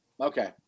Okay